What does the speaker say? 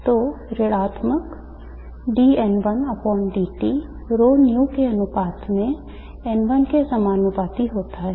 तो ऋणात्मक d N1dt ρν के अनुपात में N1 के समानुपाती होता है